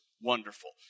wonderful